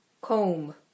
Comb